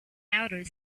outer